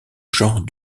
genre